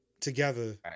together